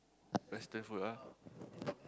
western food ah